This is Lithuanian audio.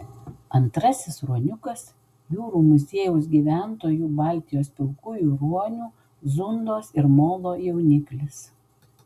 antrasis ruoniukas jūrų muziejaus gyventojų baltijos pilkųjų ruonių zundos ir molo jauniklis